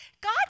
God